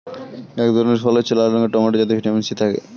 এক ধরনের ফল হচ্ছে লাল রঙের টমেটো যাতে ভিটামিন সি থাকে